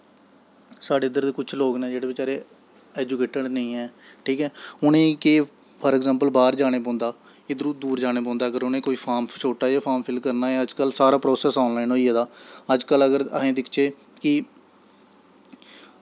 साढ़े इद्धर दे लोग न जेह्ड़े बचैरे ऐजुकेटिड़ नेईं न उ'नें केह् फॉर अग़्ज़ैंपल बाह्र जाने पौंदा इद्धरां दूर जाने पौंदा अगर कोई फार्म छोटा जा फार्म फिल्ल करना अजकल्ल सारा प्रॉसैस ऑन लाईन होई गेदा अस अजकल्ल दिखचै कि